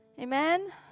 Amen